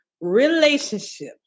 relationship